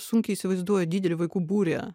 sunkiai įsivaizduoju didelį vaikų būrį